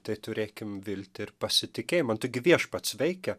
tai turėkim viltį ir pasitikėjimą nu taigi viešpats veikia